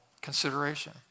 consideration